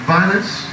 violence